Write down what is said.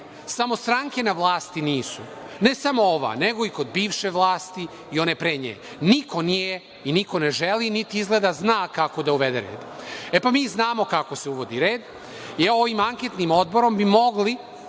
samo stranke na vlasti nisu, ne samo ova, nego i kod bivše vlasti i one pre nje. Niko nije, i niko ne želi, izgleda zna kako da uvede red. Mi znamo kako se uvodi red i ovim anketnim odborom bi mogli